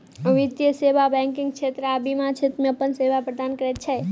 वित्तीय सेवा बैंकिग क्षेत्र आ बीमा क्षेत्र मे अपन सेवा प्रदान करैत छै